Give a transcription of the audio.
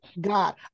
god